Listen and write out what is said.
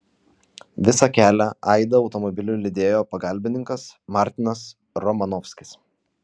visą kelią aidą automobiliu lydėjo pagalbininkas martinas romanovskis